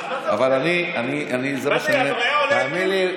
תאמין לי,